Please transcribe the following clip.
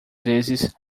vezes